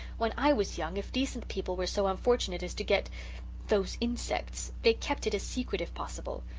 when i was young, if decent people were so unfortunate as to get those insects they kept it a secret if possible.